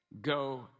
Go